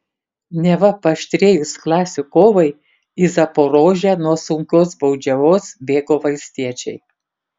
neva paaštrėjus klasių kovai į zaporožę nuo sunkios baudžiavos bėgo valstiečiai